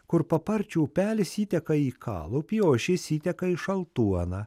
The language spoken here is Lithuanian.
kur paparčių upelis įteka į kalupį o šis įteka į šaltuoną